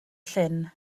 llyn